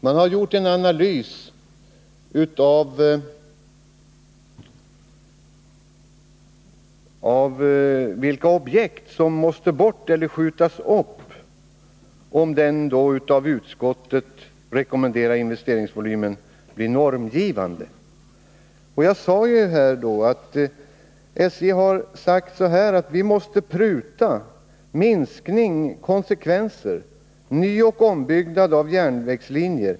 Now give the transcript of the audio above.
SJ har gjort en analys av vilka objekt som måste bort eller skjutas upp, om den av utskottet rekommenderade investeringsvolymen blir normgivande. Jag sade tidigare att SJ har uttalat att man måste pruta. Denna minskning får konsekvenser på nyoch ombyggnaderna av järnvägslinjer.